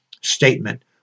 statement